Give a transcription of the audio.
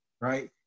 right